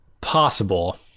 possible